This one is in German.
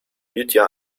lydia